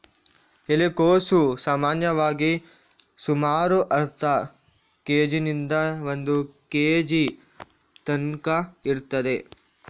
ಎಲೆಕೋಸು ಸಾಮಾನ್ಯವಾಗಿ ಸುಮಾರು ಅರ್ಧ ಕೇಜಿನಿಂದ ಒಂದು ಕೇಜಿ ತನ್ಕ ಇರ್ತದೆ